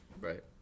Right